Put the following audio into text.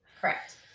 Correct